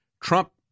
Trump